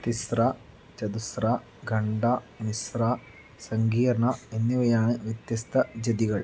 തിസ്ര ചതുസ്ര ഖണ്ഡ മിശ്ര സങ്കീർണ എന്നിവയാണ് വ്യത്യസ്ത ജതികൾ